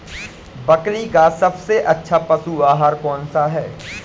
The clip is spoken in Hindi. बकरी का सबसे अच्छा पशु आहार कौन सा है?